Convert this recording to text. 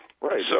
right